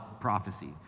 prophecy